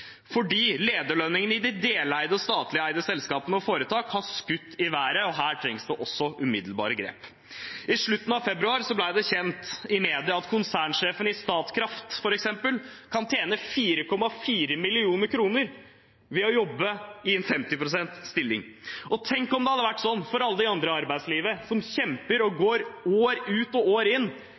i de deleide og statligeide selskapene og foretakene har skutt i været, og her trengs det også umiddelbare grep. I slutten av februar ble det kjent i media at konsernsjefen i Statkraft f.eks. kan tjene 4,4 mill. kr ved å jobbe i en 50 pst. stilling. Tenk om det hadde vært sånn for alle de andre i arbeidslivet som kjemper år ut og år inn